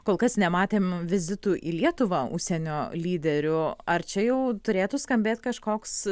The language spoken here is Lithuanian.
kol kas nematėm vizitų į lietuvą užsienio lyderių ar čia jau turėtų skambėt kažkoks